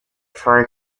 for